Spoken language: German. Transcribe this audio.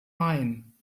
main